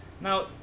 Now